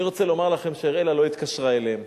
אני רוצה לומר לכם שאראלה לא התקשרה אליהם.